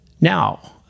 Now